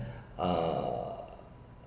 err